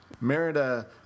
Merida